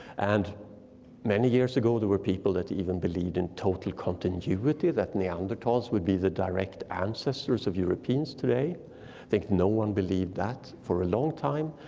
and many years ago there were people that even believed in total continuity, that neanderthals would be the direct ancestors of europeans today. i think no one believed that for a long time.